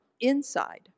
inside